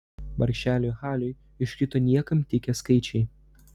vargšeliui haliui iškrito niekam tikę skaičiai